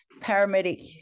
paramedic